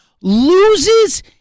loses